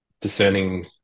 discerning